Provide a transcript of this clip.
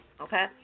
okay